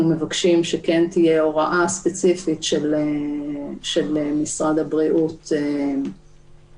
אנחנו מבקשים שכן תהיה הוראה ספציפית של משרד הבריאות ככל